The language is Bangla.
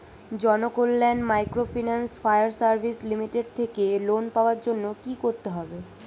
Janakalyan microfinance fire service limited থেকে লোন পাওয়ার জন্য কি করতে হবে?